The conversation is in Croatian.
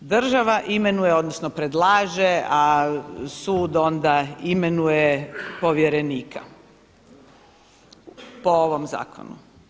Država imenuje odnosno predlaže, a sud onda imenuje povjerenika, po ovom zakonu.